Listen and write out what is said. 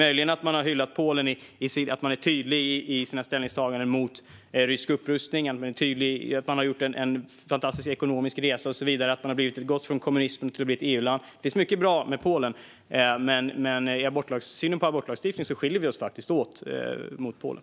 Möjligen har man hyllat att Polen är tydligt i sina ställningstaganden mot rysk upprustning, har gjort en fantastisk ekonomisk resa, gått från kommunism till att bli ett EU-land och så vidare. Det finns mycket bra med Polen, men i synen på abortlagstiftning skiljer vi oss faktiskt från Polen.